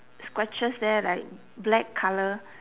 scratches there like black colour